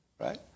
right